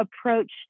approach